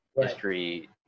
history